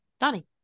donnie